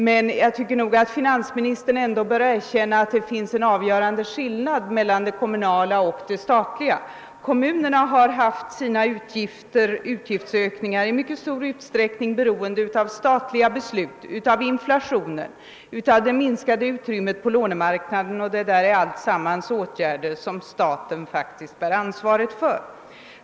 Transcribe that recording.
Men jag tycker nog att finansministern ändå bör erkänna att det är en avgörande skillnad mellan staten och kommunerna. Kommunernas utgiftsökningar har i mycket stor utsträckning berott på statliga beslut, på inflationen, på det minskade utrymmet på lönemarknaden — alltsammans förhållanden som staten faktiskt bär ansvaret för.